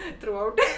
throughout